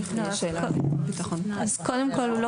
קודם כל,